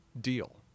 deal